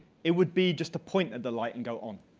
it would be just to point at the light and go on.